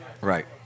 Right